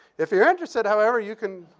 if you're interested, however, you can.